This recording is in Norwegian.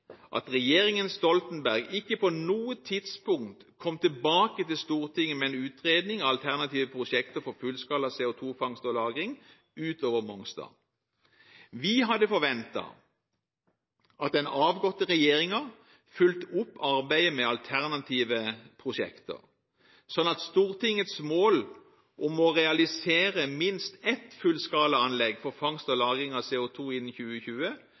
at regjeringen Stoltenberg ikke på noe tidspunkt kom tilbake til Stortinget med en utredning av alternative prosjekter for fullskala CO2-fangst og -lagring utover Mongstad. Vi hadde forventet at den avgåtte regjeringen fulgte opp arbeidet med alternative prosjekter, slik at Stortingets mål om å realisere minst ett fullskalaanlegg for fangst og lagring av CO2innen 2020